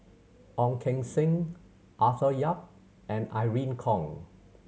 Ong Keng Sen Arthur Yap and Irene Khong